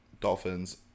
Dolphins